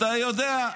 גאה בו.